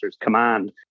command